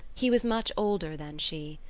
he was much older than she.